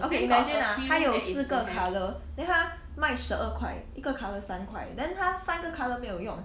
okay imagine ah 它有四个 colour then 它卖十二块一个 colour 三块 then 它三个 colour 没有用